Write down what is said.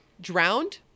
drowned